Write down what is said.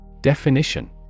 Definition